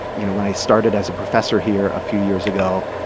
you know, when i started as a professor here a few years ago,